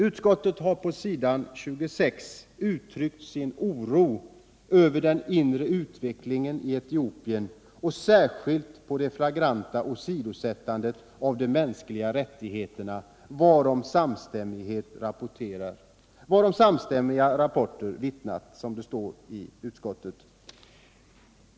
Utskottet har på s. 26 uttalat att det ser med oro ”på den inre utveckling i Etiopien och särskilt på det flagranta åsidosättande av de mänskliga rättigheterna varom samstämmiga rapporter vittnat”.